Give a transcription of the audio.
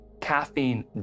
caffeine